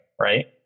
right